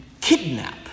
kidnap